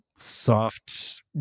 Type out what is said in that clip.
Soft